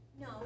No